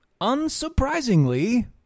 unsurprisingly